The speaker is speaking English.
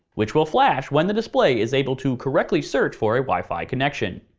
which will flash when the display is able to correctly search for a wi-fi connection.